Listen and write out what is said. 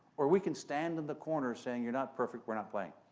or we can stand in the corner saying, you're not perfect, we're not playing.